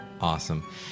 Awesome